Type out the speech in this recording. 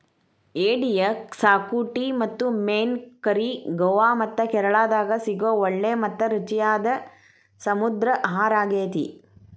ಏಡಿಯ ಕ್ಸಾಕುಟಿ ಮತ್ತು ಮೇನ್ ಕರಿ ಗೋವಾ ಮತ್ತ ಕೇರಳಾದಾಗ ಸಿಗೋ ಒಳ್ಳೆ ಮತ್ತ ರುಚಿಯಾದ ಸಮುದ್ರ ಆಹಾರಾಗೇತಿ